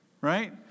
Right